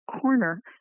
corner